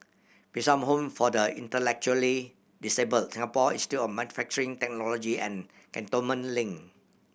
Bishan Home for the Intellectually Disabled Singapore Institute of Manufacturing Technology and Cantonment Link